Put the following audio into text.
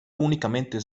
únicamente